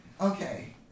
Okay